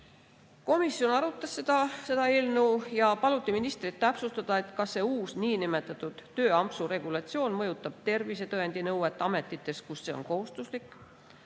Komisjon arutas seda eelnõu ja ministril paluti täpsustada, kas see uus niinimetatud tööampsuregulatsioon mõjutab tervisetõendinõuet ametites, kus see on kohustuslik.